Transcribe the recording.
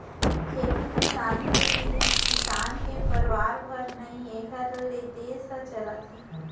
खेती किसानी ले सिरिफ किसान के परवार भर नही एकर ले देस ह चलत हे